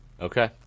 Okay